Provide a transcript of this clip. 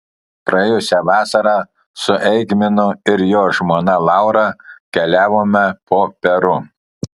praėjusią vasarą su eigminu ir jo žmona laura keliavome po peru